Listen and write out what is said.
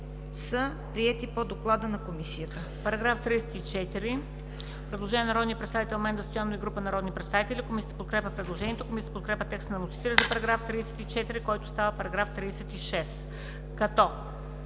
е приет по доклада на Комисията,